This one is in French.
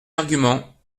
argument